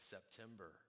September